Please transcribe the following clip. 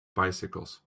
bicycles